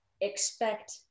expect